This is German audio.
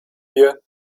wir